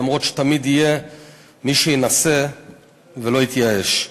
אף שתמיד יהיה מי שינסה ולא יתייאש.